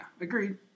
agreed